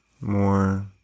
more